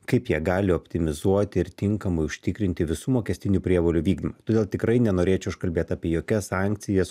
kaip jie gali optimizuoti ir tinkamai užtikrinti visų mokestinių prievolių vykdymą todėl tikrai nenorėčiau aš kalbėt apie jokias sankcijas